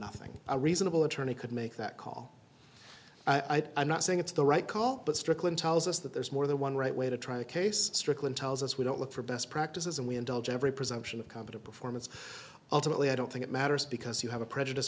nothing a reasonable attorney could make that call i'm not saying it's the right call but strickland tells us that there's more than one right way to try to case strickland tells us we don't look for best practices and we indulge every presumption of come to perform it's ultimately i don't think it matters because you have a prejudice